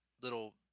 little